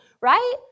right